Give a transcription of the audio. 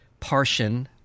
Parshin